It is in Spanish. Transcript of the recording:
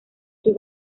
sus